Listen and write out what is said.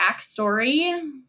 backstory